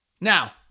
Now